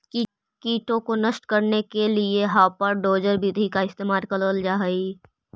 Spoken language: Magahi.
कीटों को नष्ट करने के लिए हापर डोजर विधि का इस्तेमाल करल जा हई